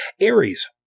Aries